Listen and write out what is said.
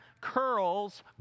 curls